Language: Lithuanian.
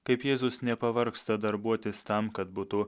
kaip jėzus nepavargsta darbuotis tam kad būtų